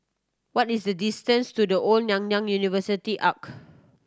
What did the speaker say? what is the distance to The Old Nanyang University Arch